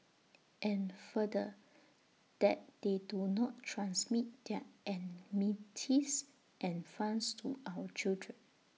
and further that they do not transmit their enmities and funds to our children